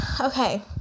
Okay